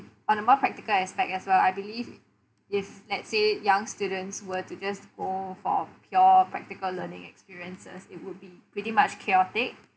on a more practical aspect as well I believe if let's say young students were to just go for pure practical learning experiences it would be pretty much chaotic